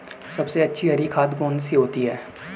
सबसे अच्छी हरी खाद कौन सी होती है?